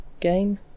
game